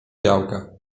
białka